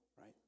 right